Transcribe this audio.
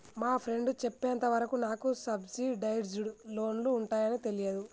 మా ఫ్రెండు చెప్పేంత వరకు నాకు సబ్సిడైజ్డ్ లోన్లు ఉంటయ్యని తెలీదు